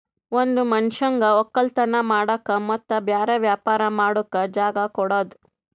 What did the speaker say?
ಒಂದ್ ಮನಷ್ಯಗ್ ವಕ್ಕಲತನ್ ಮಾಡಕ್ ಮತ್ತ್ ಬ್ಯಾರೆ ವ್ಯಾಪಾರ ಮಾಡಕ್ ಜಾಗ ಕೊಡದು